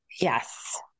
Yes